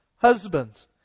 Husbands